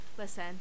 Listen